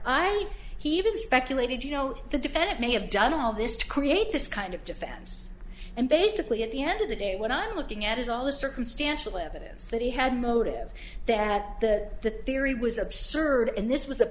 think he even speculated you know the defendant may have done all this to create this kind of defense and basically at the end of the day when i'm looking at is all the circumstantial evidence that he had motive that the the theory was absurd and this was a